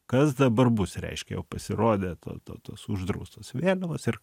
kas dabar bus reiškia o pasirodė to to tos uždraustos vėliavos ir